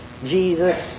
Jesus